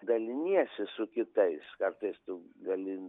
daliniesi su kitais kartais tu gali